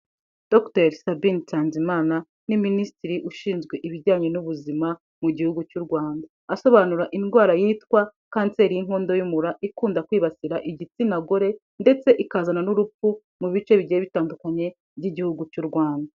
Dogiteri Sabine Nsanzimana, ni minisitiri ushinzwe ibijyanye n'ubuzima mu gihugu cy'u Rwanda. Asobanura indwara yitwa kanseri y'inkondo y'umura, ikunda kwibasira igitsina gore ndetse ikazana n'urupfu, mu bice bigiye bitandukanye by'igihugu cy'u Rwanda.